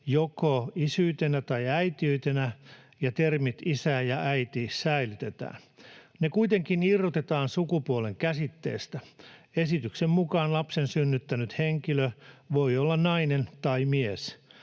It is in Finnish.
joko isyytenä tai äitiytenä, ja termit isä ja äiti säilytetään. Ne kuitenkin irrotetaan sukupuolen käsitteestä. Esityksen mukaan lapsen synnyttänyt henkilö voi olla nainen tai mies.